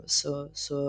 su su